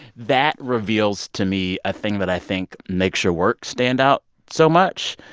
that reveals to me a thing that i think makes your work stand out so much.